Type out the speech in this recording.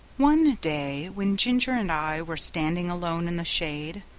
one day when ginger and i were standing alone in the shade,